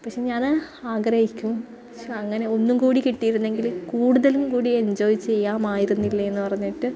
ഞാൻ ആഗ്രഹിക്കും ശൊ അങ്ങനെ ഒന്നും കൂടി കിട്ടിയിരുന്നെങ്കില് കൂടുതലും കൂടി എന്ജോയ് ചെയ്യാമായിരുന്നുന്നില്ലേ എന്ന് പറഞ്ഞിട്ട്